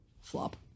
Flop